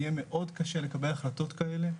יהיה מאוד קשה לקבל החלטות כאלה,